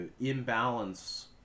imbalance